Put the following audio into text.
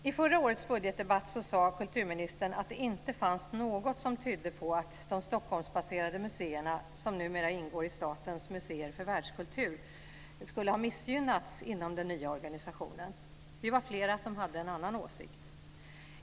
I förra årets budgetdebatt sade kulturministern att det inte fanns något som tydde på att de Stockholmsbaserade museerna, som numera ingår i Statens museer för världskultur, skulle ha missgynnats inom den nya organisationen. Vi var flera som hade en annan åsikt.